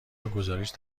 گزارش